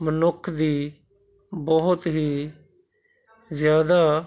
ਮਨੁੱਖ ਦੀ ਬਹੁਤ ਹੀ ਜ਼ਿਆਦਾ